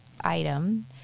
item